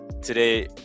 today